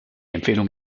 empfehlung